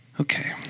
Okay